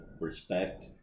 respect